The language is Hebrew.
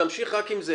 תמשיך רק עם זה,